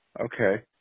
Okay